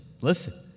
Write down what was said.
listen